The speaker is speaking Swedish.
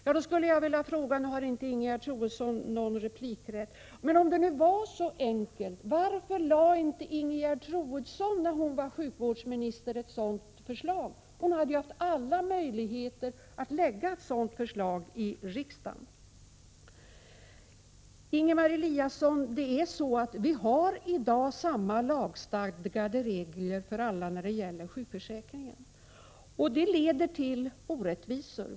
Nu har Ingegerd Troedsson inte rätt till ytterligare replik, men jag skulle vilja ställa frågan: Om det nu var så enkelt, varför lade inte Ingegerd Troedsson, när hon var sjukvårdsminister, ett förslag i frågan? Hon hade ju haft alla möjligheter att lägga ett förslag härvidlag i riksdagen. Till Ingemar Eliasson: Vi har i dag samma lagstadgade regler för alla när det gäller sjukförsäkringen. Det leder till orättvisor.